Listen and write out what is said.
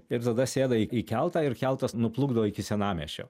ir tada sėda į į keltą ir keltas nuplukdo iki senamiesčio